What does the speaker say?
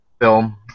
film